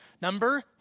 Number